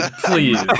Please